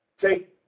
take